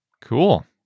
Cool